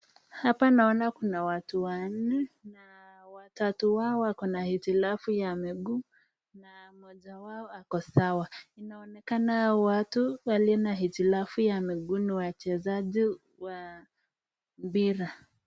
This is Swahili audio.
Hapa naona kuna watu wanne na watatu wao naona wakona hitilafu ya miguu na mmoja wao ako sawa. Inaonekana watu waliona hitilafu ya miguu ni wachezaji wa mpira.